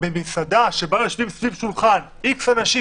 במסעדה שבה יושבים סביב שולחן X אנשים